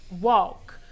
walk